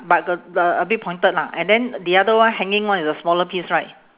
but the the a bit pointed lah and then the other one hanging one is a smaller piece right